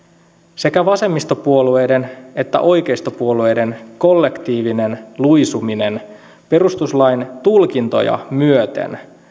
sekä vasemmistopuolueiden että oikeistopuolueiden kollektiivinen luisuminen perustuslain tulkintoja myöten